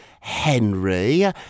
Henry